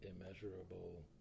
immeasurable